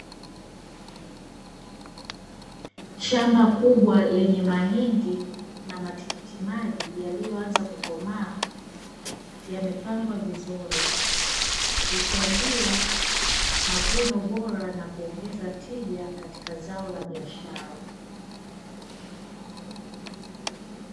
Shamba kubwa lenye Mahindi na Matikiti maji yaliyoanza kukomaa yamepangwa vizuri, huchangia mavuno bora nakuongeza tija katika zao la biashara.